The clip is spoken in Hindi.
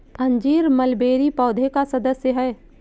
अंजीर मलबेरी पौधे का सदस्य है